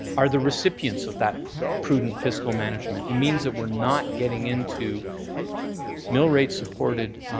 are the recipients of that prudent fiscal management, it means that we're not getting into mill rate supported